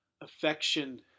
affection